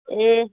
ए